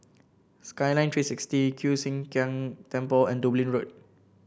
Skyline Three sixty Kiew Sian King Temple and Dublin Road